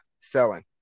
selling